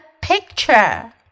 picture